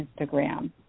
Instagram